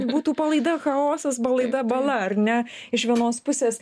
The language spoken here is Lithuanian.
būtų palaida chaosas palaida bala ar ne iš vienos pusės